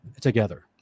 together